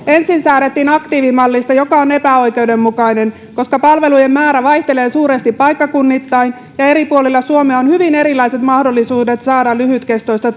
ensin säädettiin aktiivimallista joka on epäoikeudenmukainen koska palvelujen määrä vaihtelee suuresti paikkakunnittain ja eri puolilla suomea on hyvin erilaiset mahdollisuudet saada lyhytkestoista